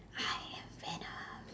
I am Venom